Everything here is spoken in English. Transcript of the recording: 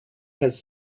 has